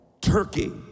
Turkey